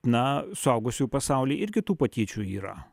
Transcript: na suaugusiųjų pasaulyje irgi tų patyčių yra